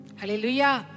Hallelujah